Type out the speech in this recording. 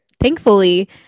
thankfully